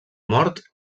mort